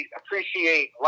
appreciate